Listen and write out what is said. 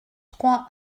trois